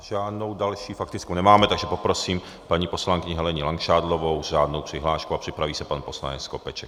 Žádnou další faktickou nemáme, takže poprosím paní poslankyni Helenu Langšádlovou s řádnou přihláškou, připraví se pan poslanec Skopeček.